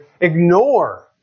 ignore